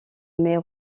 mais